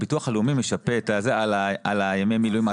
הביטוח הלאומי משפה על ימי המילואים.